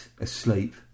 asleep